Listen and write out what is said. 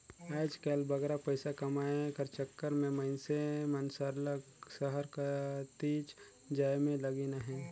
आएज काएल बगरा पइसा कमाए कर चक्कर में मइनसे मन सरलग सहर कतिच जाए में लगिन अहें